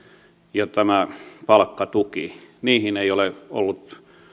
ja palkkatuki niihin ei ole ollut